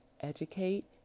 educate